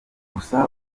gusa